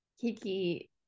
kiki